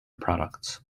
products